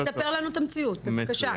אז ספר לנו את המציאות, בבקשה.